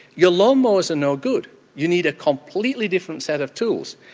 your lawn mowers are no good you need a completely different set of tools.